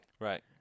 Right